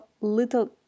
Little